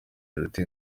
iruta